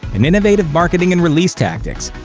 and innovative marketing and release tactics.